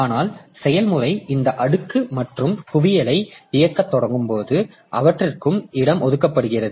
ஆனால் செயல்முறை இந்த அடுக்கு மற்றும் குவியலை இயக்கத் தொடங்கும் போது அவற்றுக்கும் இடம் ஒதுக்கப்படுகிறது